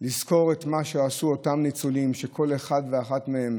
לזכור את מה שעשו אותם ניצולים, שכל אחד ואחת מהם